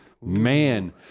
man